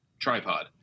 tripod